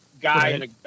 Guy